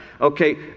Okay